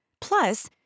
Plus